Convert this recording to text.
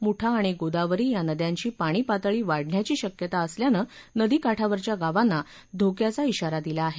मुठा आणि गोदावरी या नद्यांची पाणीपातळी वाढण्याची शक्यता असल्यानं नदीकाठावरच्या गावांना धोक्याचा आरा दिला आहे